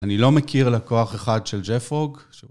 אני לא מכיר לקוח אחד של ג'פרוג.